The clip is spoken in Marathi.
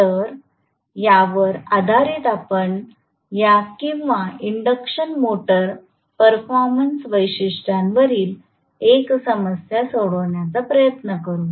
तर यावर आधारित आपण या किंवा इंडक्शन मोटर परफॉरमन्स वैशिष्ट्यांवरील 1 समस्या सोडवण्याचा प्रयत्न करू